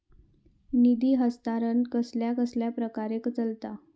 निधी हस्तांतरण कसल्या कसल्या प्रकारे चलता?